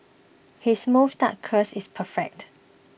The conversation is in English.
his moustache curls is perfect